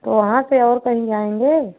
तो वहाँ से और कहीं जाएँगे